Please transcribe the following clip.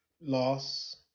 loss